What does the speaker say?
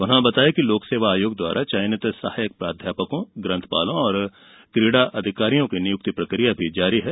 उन्होंने बताया कि लोक सेवा आयोग द्वारा चयनित सहायक प्राध्यापकों ग्रंथपालों और क्रीड़ा अधिकारियों की नियुक्ति प्रक्रिया जारी है